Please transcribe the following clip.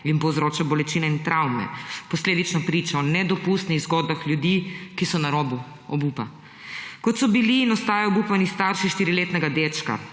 jim povzroča bolečine in travme, posledično priča o nedopustnih zgodbah ljudi, ki so na robu obupa. Kot so bili in ostajajo obupani starši štiriletnega dečka,